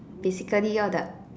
physically all the